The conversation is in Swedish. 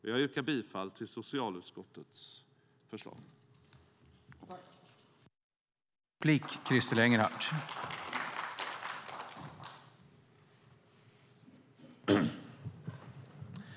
Jag yrkar bifall till förslaget i socialutskottets betänkande.